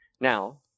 Now